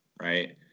right